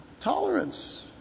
tolerance